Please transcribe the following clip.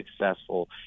successful